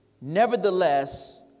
Nevertheless